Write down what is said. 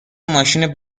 ماشین